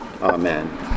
amen